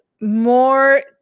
more